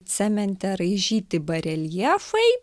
cemente raižyti bareljefai